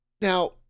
Now